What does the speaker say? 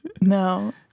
no